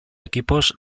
equipos